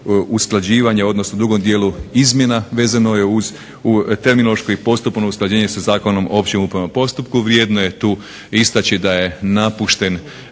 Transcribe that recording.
usklađivanja, odnosno drugom dijelu izmjena vezano je uz terminološki …/Govornik se ne razumije./… usklađenje sa Zakonom o općem upravnom postupku, vrijedno je tu istaći da je napušten